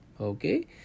okay